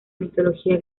mitología